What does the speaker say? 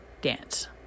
dance